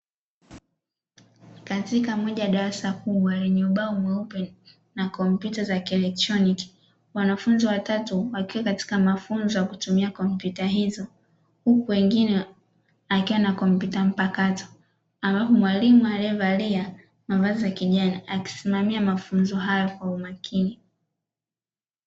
Katika moja ya darasa kubwa lenye ubao mweupe na kompyuta za kielektroniki. Wanafunzi watatu wakiwa katika mafunzo ya kutumia kompyuta hizo, huku wengine wakiwa na kompyuta mpakato, ambapo mwalimu aliyevalia mavazi ya kijani akisimamia mafunzo hayo kwa umakini.